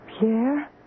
Pierre